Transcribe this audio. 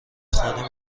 خانه